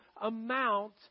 amount